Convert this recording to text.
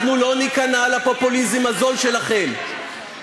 אנחנו לא ניכנע לפופוליזם הזול שלכם.